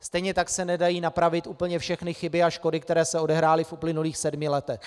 Stejně tak se nedají napravit úplně všechny chyby a škody, které se odehrály v uplynulých sedmi letech.